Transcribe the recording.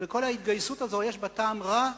וכל ההתגייסות הזאת יש בה טעם רע,